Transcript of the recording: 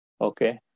okay